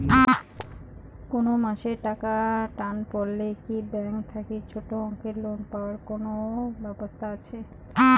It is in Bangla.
কুনো মাসে টাকার টান পড়লে কি ব্যাংক থাকি ছোটো অঙ্কের লোন পাবার কুনো ব্যাবস্থা আছে?